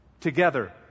together